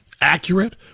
accurate